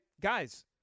guys